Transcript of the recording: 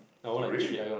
oh really